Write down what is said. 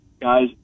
guys